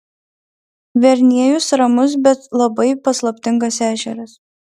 verniejus ramus bet labai paslaptingas ežeras